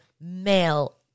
male